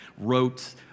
wrote